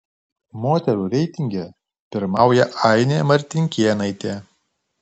moterų reitinge pirmauja ainė martinkėnaitė